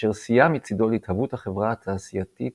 אשר סייע מצידו להתהוות החברה התעשייתית